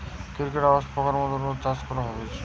cricket, wax পোকার মত পোকা গুলার চাষ করা হতিছে